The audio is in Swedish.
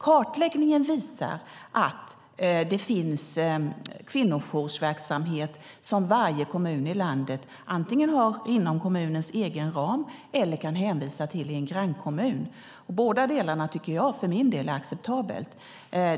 Kartläggningen visar att det finns kvinnojoursverksamhet som varje kommun i landet har antingen i sin egen kommunala ram eller i en grannkommun som man hänvisar till. För min del tycker jag att båda delarna är acceptabla.